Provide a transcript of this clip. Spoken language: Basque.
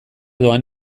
doan